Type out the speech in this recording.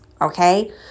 okay